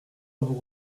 vous